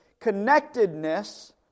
connectedness